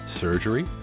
surgery